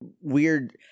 weird